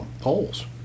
polls